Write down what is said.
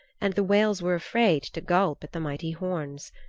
and the whales were afraid to gulp at the mighty horns.